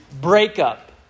breakup